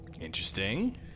Interesting